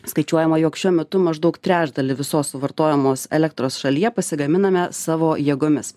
skaičiuojama jog šiuo metu maždaug trečdalį visos suvartojamos elektros šalyje pasigaminame savo jėgomis